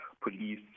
police